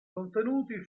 contenuti